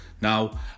Now